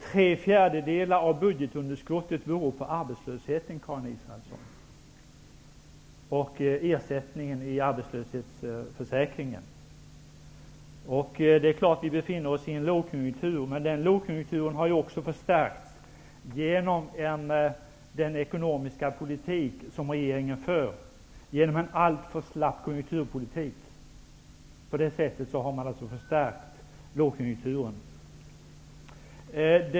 Tre fjärdedelar av budgetunderskottet beror på arbetslösheten och ersättningen i arbetslöshetsförsäkringen, Karin Israelsson. Det är klart att vi befinner oss i en lågkonjuktur. Men den lågkonjunkturen har också förstärkts genom den ekonomiska politik som regeringen för, genom en alltför slapp konjunkturpolitik. På det sättet har man förstärkt lågkonjunkturen.